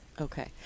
Okay